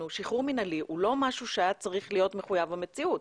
שחרור מינהלי הוא לא משהו שהיה צריך להיות מחויב המציאות.